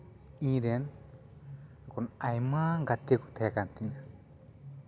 ᱤᱧ ᱨᱮᱱ ᱛᱚᱠᱷᱚᱱ ᱟᱭᱢᱟ ᱜᱟᱛᱮ ᱠᱚ ᱛᱟᱦᱮᱸ ᱠᱟᱱ ᱛᱤᱧᱟᱹ